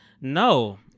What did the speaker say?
no